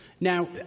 Now